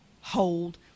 hold